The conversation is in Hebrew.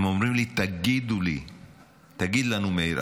הם אומרים לי: תגיד לנו מאיר,